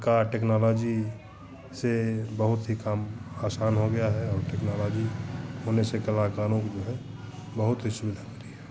का टेक्नोलॉजी से बहुत ही काम आसान हो गया है और टेक्नोलॉजी होने से कलाकारों को जो है बहुत ही सुविधा मिली है